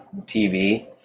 TV